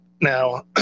Now